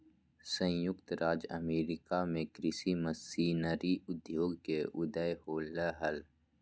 संयुक्त राज्य अमेरिका में कृषि मशीनरी उद्योग के उदय होलय हल